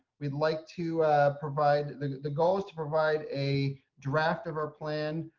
we'd like to provide the the goal is to provide a draft of our plan.